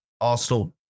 Arsenal